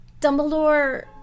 Dumbledore